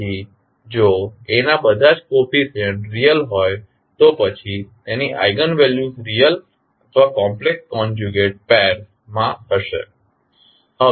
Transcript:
તેથી જો A ના બધા જ કોફીસીયન્ટ રીઅલ હોય તો પછી તેની આઇગન વેલ્યુસ રીઅલ અથવા કોમ્પ્લેક્ષ કોન્જ્યુગેટ પેર્સ માં હશે